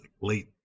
late